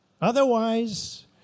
Otherwise